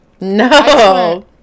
no